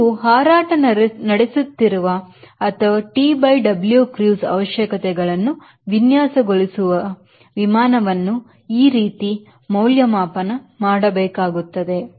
ನೀವು ಹಾರಾಟ ನಡೆಸುತ್ತಿರುವ ಅಥವಾ T by W Cruise ಅವಶ್ಯಕತೆಗಳನ್ನು ವಿನ್ಯಾಸಗೊಳಿಸಿರುವ ವಿಮಾನವನ್ನು ಈ ರೀತಿ ಮೌಲ್ಯಮಾಪನ ಮಾಡಬೇಕು